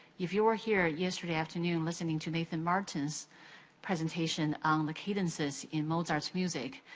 if you were here yesterday afternoon listening to nathan martin's presentation, um the cadences in mozart's music,